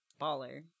baller